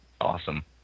Awesome